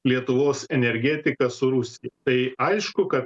lietuvos energetiką su rusija tai aišku kad